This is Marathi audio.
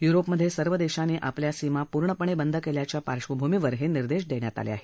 युरोपमधे सर्व देशांनी आपल्या सीमा पूर्णपणे बंद केल्याच्या पार्धभूमीवर हे निदेंश देण्यात आले आहेत